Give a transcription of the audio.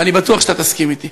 ואני בטוח שאתה תסכים אתי.